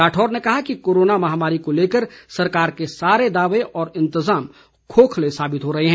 राठौर ने कहा है कि कोरोना माहमारी को लेकर सरकार के सारे दाये और इंतजाम खोखले साबित हो रहे हैं